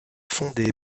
fondé